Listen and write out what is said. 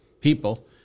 people